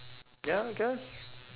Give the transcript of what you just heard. yeah I guess